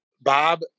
bob